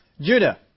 Judah